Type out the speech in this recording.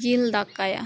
ᱡᱤᱞ ᱫᱟᱠᱟᱭᱟ